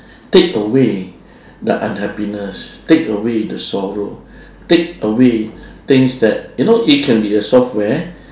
take away the unhappiness take away the sorrow take away things that you know it can be a software